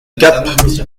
gap